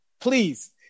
please